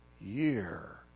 year